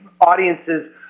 audiences